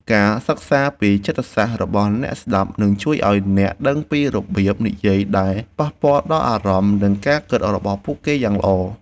ការសិក្សាពីចិត្តសាស្ត្ររបស់អ្នកស្តាប់នឹងជួយឱ្យអ្នកដឹងពីរបៀបនិយាយដែលប៉ះពាល់ដល់អារម្មណ៍ និងការគិតរបស់ពួកគេបានយ៉ាងល្អ។